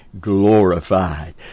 glorified